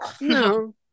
No